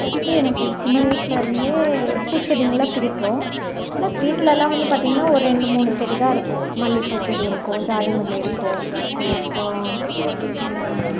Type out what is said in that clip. first எனக்கு சின்ன வயசுலருந்தே பூசெடிங்களை பிடிக்கும் ப்ளஸ் வீட்லேலாம் வந்து பார்த்திங்கன்னா ஒரு ரெண்டு மூணு செடி தான் இருக்கும் மல்லிகைப்பூ செடி இருக்கும் ஜாதி மல்லி இருக்கும் அப்புறம்